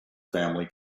family